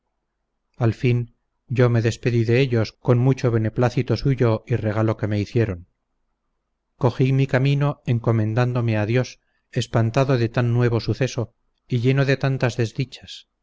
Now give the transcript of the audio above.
al fin yo me despedí de ellos con mucho beneplácito suyo y regalo que me hicieron cogí mi camino encomendándome a dios espantado de tan nuevo suceso y lleno de tantas desdichas